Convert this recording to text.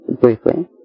briefly